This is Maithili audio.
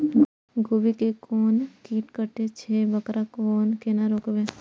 गोभी के कोन कीट कटे छे वकरा केना रोकबे?